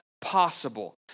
possible